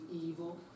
evil